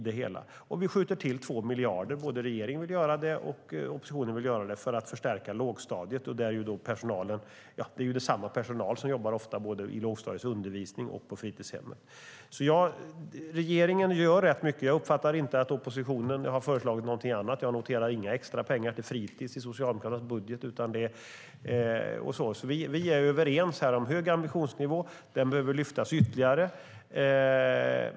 Vi skjuter också till 2 miljarder - det vill både regeringen och oppositionen - för att förstärka lågstadiet. Det är ofta samma personal som jobbar i lågstadiets undervisning och på fritidshemmen. Regeringen gör rätt mycket. Jag uppfattar inte att oppositionen har föreslagit något annat. Jag noterar inga extra pengar till fritis i Socialdemokraternas budget. Vi är överens om en hög ambitionsnivå. Den behöver lyftas ytterligare.